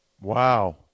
Wow